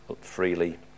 freely